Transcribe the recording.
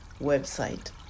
website